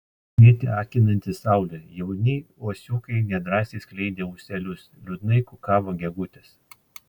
švietė akinanti saulė jauni uosiukai nedrąsiai skleidė ūselius liūdnai kukavo gegutės